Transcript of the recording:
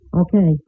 Okay